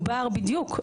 בדיוק,